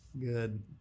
Good